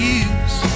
use